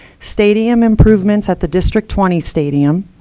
stadium improvements at the district twenty stadium,